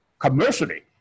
commercially